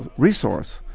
ah resource,